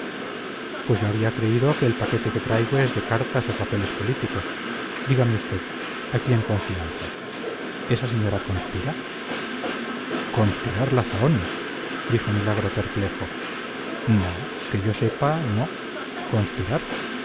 pues yo había creído que el paquete que traigo es de cartas o papeles políticos dígame usted aquí en confianza esa señora conspira conspirar la zahón dijo milagro perplejo no que yo sepa no conspirar